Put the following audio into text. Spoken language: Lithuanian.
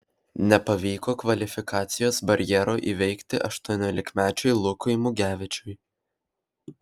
nepavyko kvalifikacijos barjero įveikti aštuoniolikmečiui lukui mugevičiui